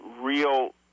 real